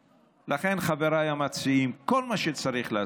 לכן, חבריי המציעים, כל מה שצריך לעשות,